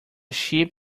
ship